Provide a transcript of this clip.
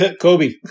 Kobe